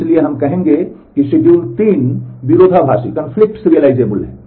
इसलिए हम कहेंगे कि शेड्यूल 3 विरोधाभासी है